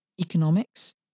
economics